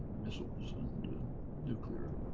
missiles and nuclear